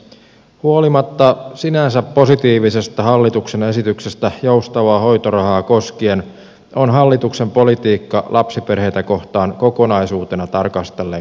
huolimatta sinänsä positiivisesta hallituksen esityksestä joustavaa hoitorahaa koskien on hallituksen politiikka lapsiperheitä kohtaan kokonaisuutena tarkastellen kylmää